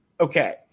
Okay